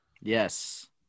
Yes